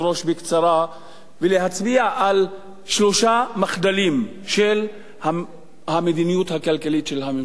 ובקצרה להצביע על שלושה מחדלים של המדיניות הכלכלית של הממשלה הזאת.